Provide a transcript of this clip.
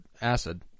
Acid